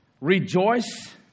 rejoice